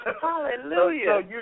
Hallelujah